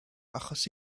achos